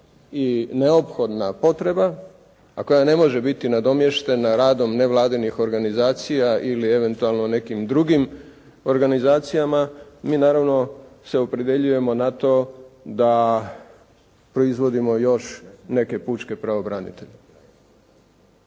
i neophodna potreba, a koja ne može biti nadomještena radom nevladinih organizacija ili eventualno nekim drugim organizacijama, mi naravno se opredjeljujemo na to da proizvodimo još neke pučke pravobranitelje.